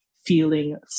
Feeling